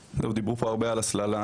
דיברו פה הרבה על הסללה,